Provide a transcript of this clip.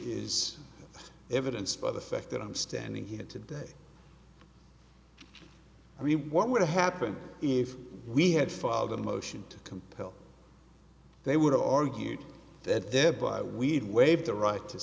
is evidenced by the fact that i'm standing here today and what would happen if we had filed a motion to compel they would have argued that thereby we'd waive the right to